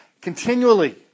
continually